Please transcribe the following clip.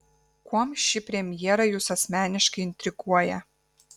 kuom ši premjera jus asmeniškai intriguoja